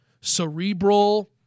cerebral